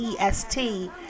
EST